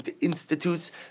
institutes